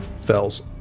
Fells